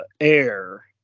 Air